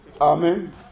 Amen